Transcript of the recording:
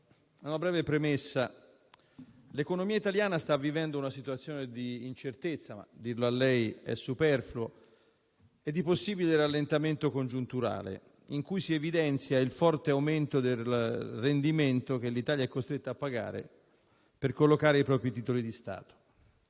finanze* - Premesso che: l'economia italiana sta vivendo una situazione di incertezza e di possibile rallentamento congiunturale, in cui si evidenzia il forte aumento del rendimento che l'Italia è costretta a pagare per collocare i propri titoli di Stato,